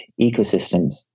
ecosystems